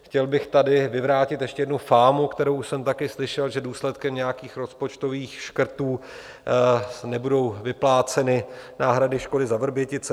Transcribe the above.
Chtěl bych tady vyvrátit ještě jednu fámu, kterou jsem taky slyšel, že důsledkem nějakých rozpočtových škrtů nebudou vypláceny náhrady škody za Vrbětice.